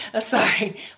sorry